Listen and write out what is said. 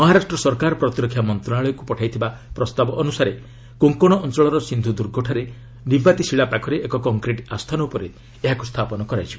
ମହାରାଷ୍ଟ୍ର ସରକାର ପ୍ରତିରକ୍ଷା ମନ୍ତ୍ରଣାଳୟକ୍ତ ପଠାଇଥିବା ପ୍ରସ୍ତାବ ଅନୁସାରେ କୋଙ୍କଣ ଅଞ୍ଚଳର ସିକ୍ଷୁ ଦୁର୍ଗଠାରେ ନିବାତି ଶୀଳା ପାଖରେ ଏକ କଂକ୍ରିଟ୍ ଆସ୍ଥାନ ଉପରେ ଏହାକୁ ସ୍ଥାପନ କରାଯିବ